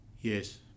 Yes